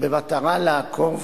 במטרה לעקוב